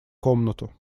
комнату